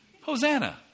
Hosanna